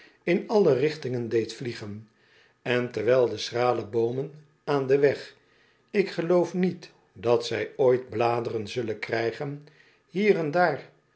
in alle richtingen deed vliegen en terwijl de schrale boomen aan den weg ik geloof niet dat zij ooit bladeren zullen krijgen hier en daar